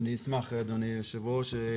אני אשמח, אדוני היושב ראש.